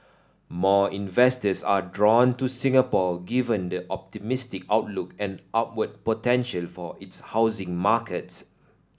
more investors are drawn to Singapore given the optimistic outlook and upward potential for its housing market